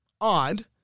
odd